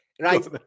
right